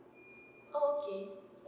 okay